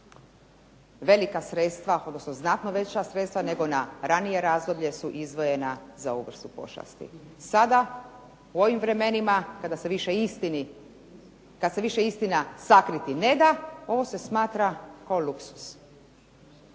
velika sredstva, odnosno znatno veća sredstva nego na ranije razdoblje su izdvojena za ovu vrstu pošasti. Sada u ovim vremenima kada se više istina sakriti ne da ovo se smatra kao luksuz.